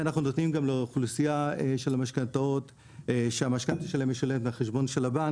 ואנחנו נותנים גם לאוכלוסייה שהמשכנתא שלהם משולמת מהחשבון של הבנק,